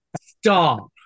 stop